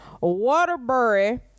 waterbury